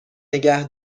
نگه